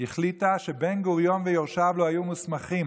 החליטה שבן-גוריון ויורשיו לא היו מוסמכים